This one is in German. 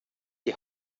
die